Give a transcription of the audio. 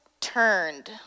turned